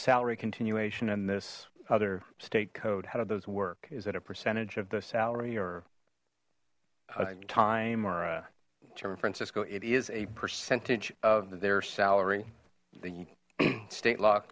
salary continuation in this other state code how do those work is that a percentage of the salary or a time or a chairman francisco it is a percentage of their salary the state law